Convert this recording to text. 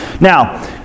Now